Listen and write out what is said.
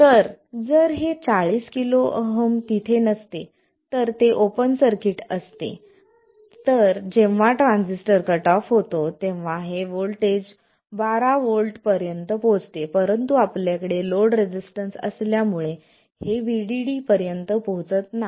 तर जर हे 40 किलो ओहम तिथे नसते जर ते ओपन सर्किट असते तर जेव्हा ट्रान्झिस्टर कट ऑफ होतो तेव्हा हे व्होल्टेज बारा व्होल्ट पर्यंत पोहोचते परंतु आपल्याकडे लोड रेसिस्टन्स असल्यामुळे हे VDD पर्यंत पोहोचत नाही